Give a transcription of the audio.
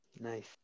Nice